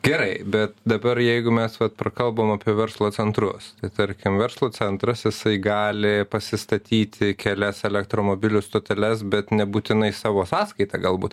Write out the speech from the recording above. gerai bet dabar jeigu mes vat prakalbom apie verslo centrus tarkim verslo centras jisai gali pasistatyti kelias elektromobilių stoteles bet nebūtinai savo sąskaita galbūt